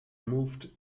moved